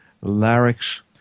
larynx